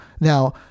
now